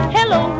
Hello